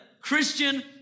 Christian